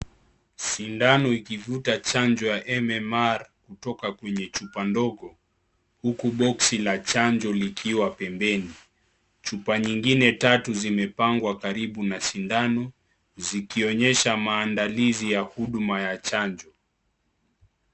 Sindano ikivuta chanjo ya MMR kutoka kwenye chupa ndogo huku boksi la chanjo likiwa pembeni. Chupa nyingine tatu zimepangwa karibuna sindano zikionyesha maandalizi ya huduma ya chanjo.